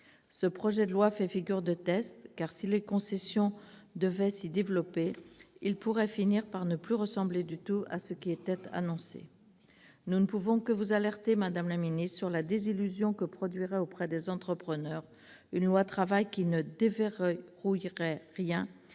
Ce projet de loi fait figure de test, car si les concessions devaient s'y développer, il pourrait finir par ne plus ressembler du tout à ce qui était annoncé. Nous ne pouvons que vous alerter, madame la ministre, sur la désillusion que constituerait, pour les entrepreneurs, une loi qui ne déverrouillerait rien et qui complexifierait au